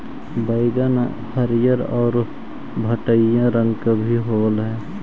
बइगन हरियर आउ भँटईआ रंग के होब हई